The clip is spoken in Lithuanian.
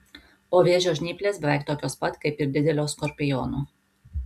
o vėžio žnyplės beveik tokios pat kaip ir didelio skorpiono